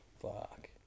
Fuck